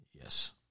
Yes